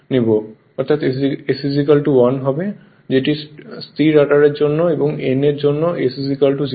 অর্থাৎ s 1 হবে যেটি স্থির রটারের জন্য এবং n এর জন্য s 0 এর সমান